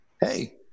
Hey